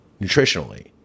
nutritionally